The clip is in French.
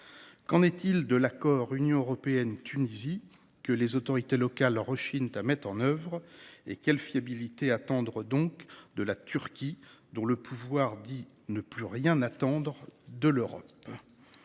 Qu’en est-il de l’accord entre l’Union européenne et la Tunisie, que les autorités locales rechignent à mettre en œuvre, et quelle fiabilité peut-on attendre de la Turquie, dont le pouvoir dit ne plus rien attendre de l’Europe ?